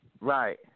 Right